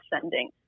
sending